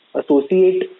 associate